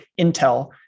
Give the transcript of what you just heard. Intel